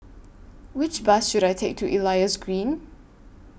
Which Bus should I Take to Elias Green